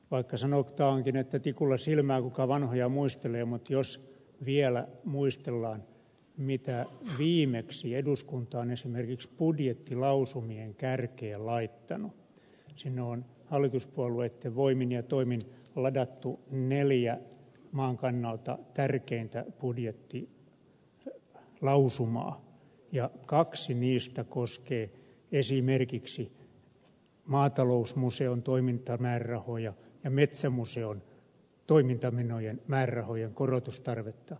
vaikka sanotaankin että tikulla silmään kuka vanhoja muistelee niin jos vielä muistellaan mitä viimeksi eduskunta on esimerkiksi budjettilausumien kärkeen laittanut sinne on hallituspuolueitten voimin ja toimin ladattu neljä maan kannalta tärkeintä budjettilausumaa ja kaksi niistä koskee esimerkiksi maatalousmuseon toimintamäärärahoja ja metsämuseon toimintamenojen määrärahojen korotustarvetta